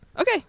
okay